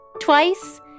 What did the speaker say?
twice